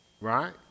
Right